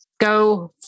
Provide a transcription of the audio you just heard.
Go